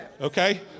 Okay